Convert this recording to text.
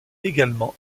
également